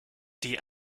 die